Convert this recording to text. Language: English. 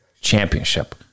Championship